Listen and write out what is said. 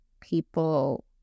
people